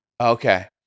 Okay